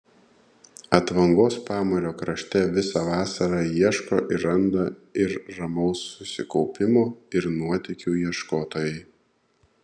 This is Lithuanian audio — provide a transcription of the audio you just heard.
atvangos pamario krašte visą vasarą ieško ir randa ir ramaus susikaupimo ir nuotykių ieškotojai